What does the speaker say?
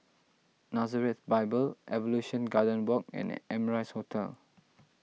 Nazareth Bible Evolution Garden Walk and Amrise Hotel